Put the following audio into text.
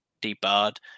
debarred